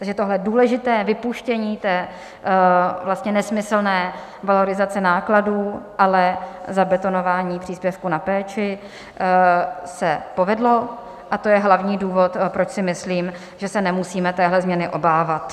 Takže tohle důležité vypuštění té nesmyslné valorizace nákladů, ale zabetonování příspěvků na péči se povedlo a to je hlavní důvod, proč si myslím, že se nemusíme téhle změny obávat.